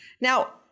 Now